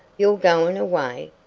you're going away?